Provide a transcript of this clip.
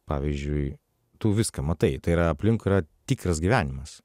pavyzdžiui tu viską matai tai yra aplink yra tikras gyvenimas